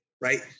right